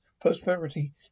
prosperity